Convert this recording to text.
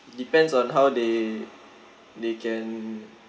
depends on how they they can